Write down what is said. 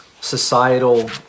societal